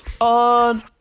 on